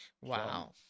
Wow